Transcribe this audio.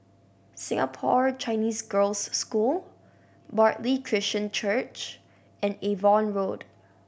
Singapore Chinese Girls' School Bartley Christian Church and Avon Road